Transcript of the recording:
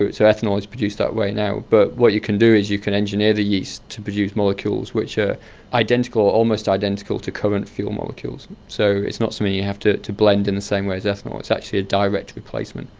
so ethanol is produced that way now. but what you can do is you can engineer the yeast to produce molecules which are identical or almost identical to current fuel molecules. so it's not something you have to to blend in the same way as ethanol, it's actually a direct replacement.